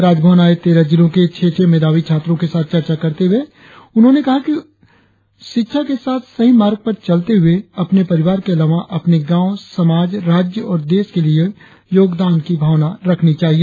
राजभवन आये तेरह जिलों के छह छह मेधावी छात्रों के साथ चर्चा करते हुए कहा कि उन्हें शिक्षा के साथ सही मार्ग पर चलते हुए अपने परिवार के अलावा अपने गांव समाज राज्य और देश के लिए योगदान देने की भावना रखनी चाहिए